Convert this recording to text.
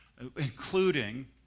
including